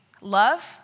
love